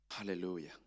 Hallelujah